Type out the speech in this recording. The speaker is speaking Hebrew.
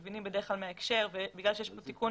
מבינים בדרך כלל מההקשר ובגלל שיש כאן תיקון